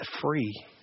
free